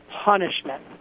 punishment